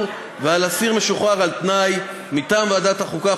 ועל אסיר משוחרר על-תנאי: מטעם ועדת החוקה,